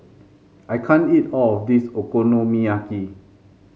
I can't eat all of this Okonomiyaki